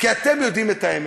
כי אתם יודעים את האמת,